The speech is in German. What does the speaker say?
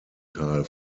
tal